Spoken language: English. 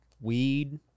weed